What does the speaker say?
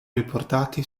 riportati